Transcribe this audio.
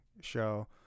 show